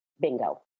Bingo